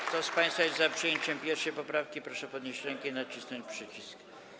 Kto z państwa jest za przyjęciem 1. poprawki, proszę podnieść rękę i nacisnąć przycisk.